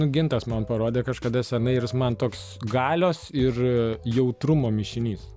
nu gintas man parodė kažkada senai ir jis man toks galios ir jautrumo mišinys